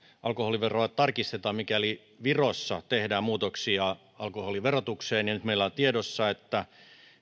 alkoholiveroa tarkistetaan mikäli virossa tehdään muutoksia alkoholiverotukseen ja nyt meillä on tiedossa että